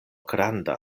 granda